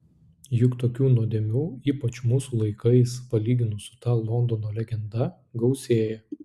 juk tokių nuodėmių ypač mūsų laikais palyginus su ta londono legenda gausėja